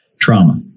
trauma